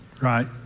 Right